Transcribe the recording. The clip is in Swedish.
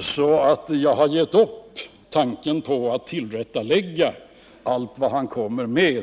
så jag har givit upp tanken på att tillrättalägga allt vad han kommer med.